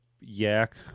yak